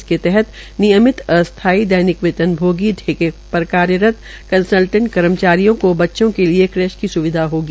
इसके तहत नियम अस्थायी दैनिक वेतन भोगी ठेके पर कार्यरत कंसल्टेटे कर्मचारियों केा बच्चों के लिए क्रैच की स्विधा होगी